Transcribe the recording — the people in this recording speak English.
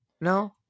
No